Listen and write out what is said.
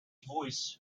voice